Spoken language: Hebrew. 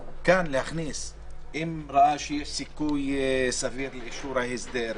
וכאן להכניס: "אם ראה שיש סיכוי סביר לאישור ההסדר,